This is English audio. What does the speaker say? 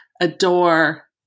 adore